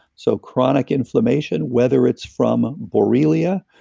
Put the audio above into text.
so chronic inflammation, whether it's from borrelia,